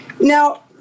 now